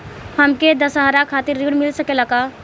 हमके दशहारा खातिर ऋण मिल सकेला का?